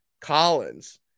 Collins